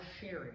sharing